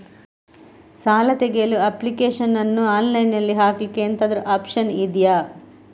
ಸಾಲ ತೆಗಿಯಲು ಅಪ್ಲಿಕೇಶನ್ ಅನ್ನು ಆನ್ಲೈನ್ ಅಲ್ಲಿ ಹಾಕ್ಲಿಕ್ಕೆ ಎಂತಾದ್ರೂ ಒಪ್ಶನ್ ಇದ್ಯಾ?